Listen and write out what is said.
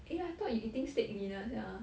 eh I thought you eating steak dinner sia